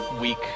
week